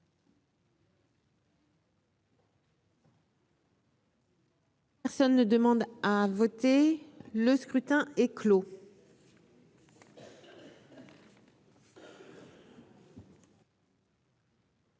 Personne ne demande à voter, le scrutin est clos.